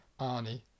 Arnie